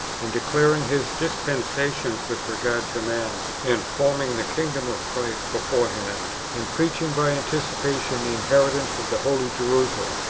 and declaring his dispensations with regard to man, and forming the kingdom of christ beforehand, and preach ing by anticipation the inheritance of the holy jerusalem,